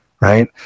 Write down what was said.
right